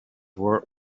were